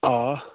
آ